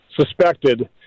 suspected